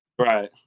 Right